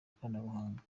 ikoranabuhanga